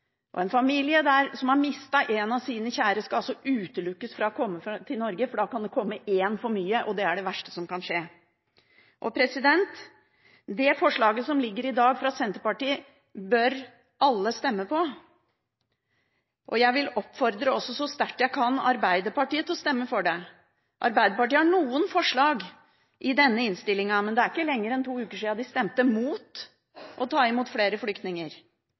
En familie som har mistet en av sine kjære, skal altså utelukkes fra å komme til Norge, for da kan det komme en for mye, og det er det verste som kan skje. Det forslaget som foreligger i dag fra Senterpartiet, bør alle stemme for. Jeg vil oppfordre så sterkt jeg kan, også Arbeiderpartiet til å stemme for det. Arbeiderpartiet har noen forslag i denne innstillingen, men det er ikke lenger enn to uker siden de stemte mot å ta imot flere flyktninger.